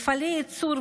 מפעלי ייצור,